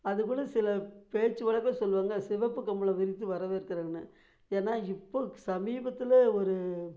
அதுப்போல சில பேச்சு வழக்கில் சொல்லுவாங்க சிவப்பு கம்பளம் விரித்து வரவேற்குறன்னு ஏன்னா இப்போது சமீபத்தில் ஒரு